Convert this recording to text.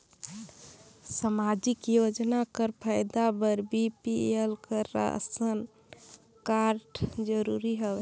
समाजिक योजना कर फायदा बर बी.पी.एल कर राशन कारड जरूरी हवे?